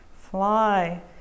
fly